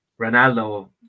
ronaldo